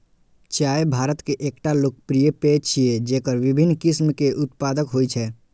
चाय भारत के एकटा लोकप्रिय पेय छियै, जेकर विभिन्न किस्म के उत्पादन होइ छै